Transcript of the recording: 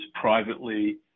privately